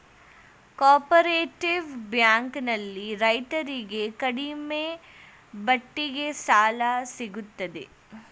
cooperative bank ನಲ್ಲಿ ರೈತರಿಗೆ ಕಡಿಮೆ ಬಡ್ಡಿಗೆ ಸಾಲ ಸಿಗುತ್ತದೆ